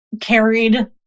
carried